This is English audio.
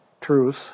truth